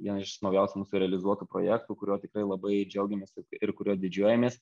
vieną iš naujausių mūsų realizuotų projektų kuriuo tikrai labai džiaugiamės ir kuriuo didžiuojamės